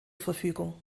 verfügung